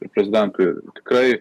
ir prezidentui tikrai